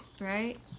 right